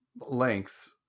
lengths